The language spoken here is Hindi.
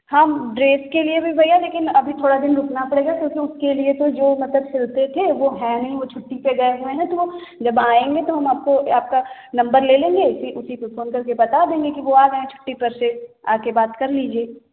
हाँ ड्रेस के लिए भी भैया लेकिन अभी थोड़ा दिन रुकना पड़ेगा क्योंकि उसके लिए तो जो मतलब सिलते थे वो हैं नहीं वो छुट्टी पे गए हुए हैं तो वो जब आएँगे तो हम आपको आपका नंबर ले लेंगे उसी उसी पे फ़ोन करके बता देंगे कि वो आ गए हैं छुट्टी पर से आके बात कर लीजिए